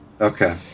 Okay